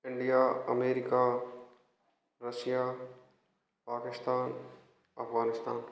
India America Russia Pakistan Afghanistan